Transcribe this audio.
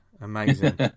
amazing